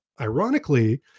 ironically